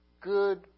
good